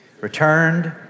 Returned